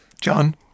John